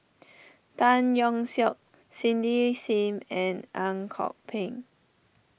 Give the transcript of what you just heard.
Tan Yeok Seong Cindy Sim and Ang Kok Peng